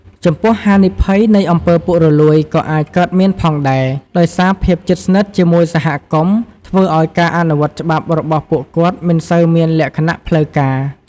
ចំពោះហានិភ័យនៃអំពើពុករលួយក៏អាចកើតមានផងដែរ ដោយសារភាពជិតស្និទ្ធជាមួយសហគមន៍ ធ្វើឲ្យការអនុវត្តច្បាប់របស់ពួកគាត់មិនសូវមានលក្ខណៈផ្លូវការ។